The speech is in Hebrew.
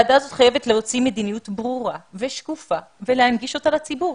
חייבת להוציא מדיניות ברורה ושקופה ולהנגיש אותה לציבור.